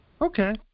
Okay